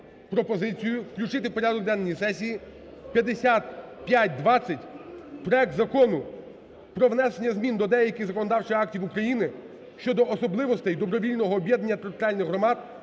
пропозицію включити в порядок денний сесії 5520 проект Закону про внесення змін до деяких законодавчих актів України щодо особливостей добровільного об'єднання територіальних громад,